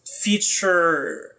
feature